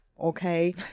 Okay